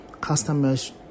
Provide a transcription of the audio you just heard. customers